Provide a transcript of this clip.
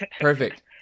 Perfect